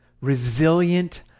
Resilient